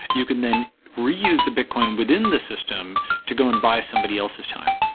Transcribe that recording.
you can then reuse the bitcoin within the system to go and buy somebody else's time.